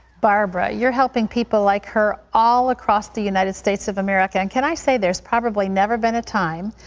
barbara. you are helping people like her all across the united states of america. and can i say, there has probably never been a time,